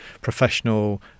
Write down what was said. professional